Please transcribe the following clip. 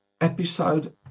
Episode